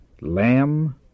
Lamb